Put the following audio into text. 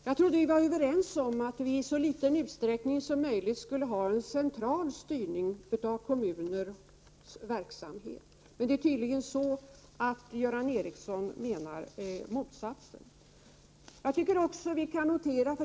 Jag trodde att vi var överens om att det i så liten utsträckning som möjligt skulle vara en central styrning av kommunernas verksamhet. Men Göran Ericsson menar tydligen motsatsen.